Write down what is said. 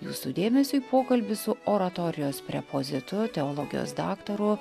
jūsų dėmesiui pokalbis su oratorijos prepozitu teologijos daktaru